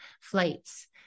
flights